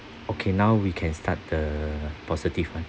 okay now we can start the positive one